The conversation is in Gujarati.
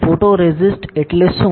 ફોટોરોસિસ્ટ એટલે શું